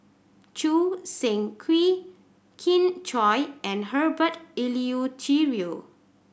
Choo Seng Quee Kin Chui and Herbert Eleuterio